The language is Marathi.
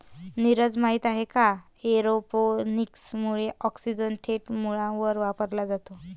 नीरज, माहित आहे का एरोपोनिक्स मुळे ऑक्सिजन थेट मुळांवर वापरला जातो